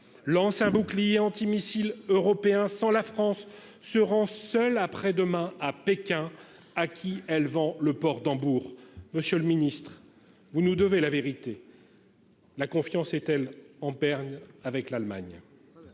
lance un bouclier antimissile européen sans la France se rend seul après-demain à Pékin, à qui elle vend le port d'Hambourg, monsieur le Ministre, vous nous devez la vérité. La confiance est-elle en perd avec l'Allemagne.